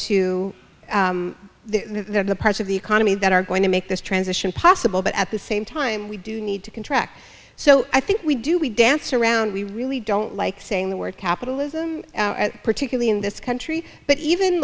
to the parts of the economy that are going to make this transition possible but at the same time we do need to contract so i think we do we dance around we really don't like saying the word capitalism particularly in this country but even